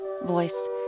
voice